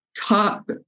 top